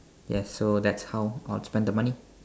yes so that's how I would spend the money